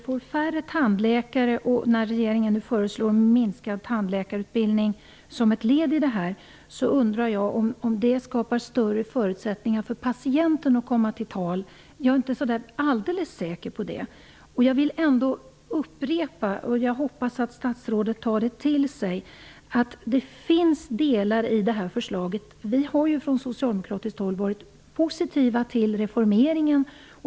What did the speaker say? Fru talman! Regeringen föreslår en minskad tandläkarutbildning och som en följd av det blir det färre tandläkare. Jag undrar om det skapar större förutsättningar för patienten att komma till tals. Jag är inte alldeles säker på det. Vi har från socialdemokratiskt håll varit positiva till reformeringen.